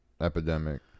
epidemic